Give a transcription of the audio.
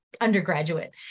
undergraduate